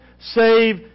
Save